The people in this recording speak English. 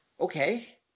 Okay